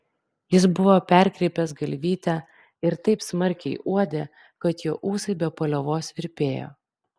jis buvo perkreipęs galvytę ir taip smarkiai uodė kad jo ūsai be paliovos virpėjo